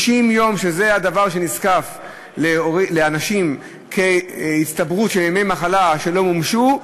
שזה מה שנזקף לאנשים כהצטברות של ימי מחלה שלא מומשו,